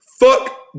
Fuck